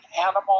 animal